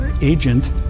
agent